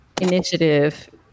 initiative